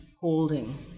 holding